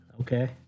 okay